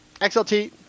XLT